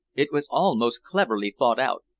it was all most cleverly thought out.